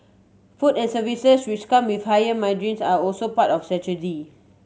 food and services which come with higher margins are also part of the strategy